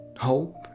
hope